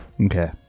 Okay